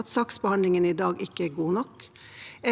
at saksbehandlingen i dag ikke er god nok,